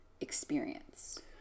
experience